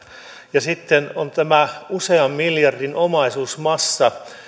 ja sitten on tämä usean miljardin omaisuusmassa